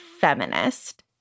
feminist